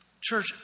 church